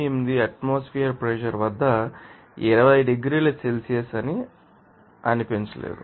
98 atmosphere pressure వద్ద 20 డిగ్రీల Celsius అని అనిపించలేదు